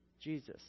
Jesus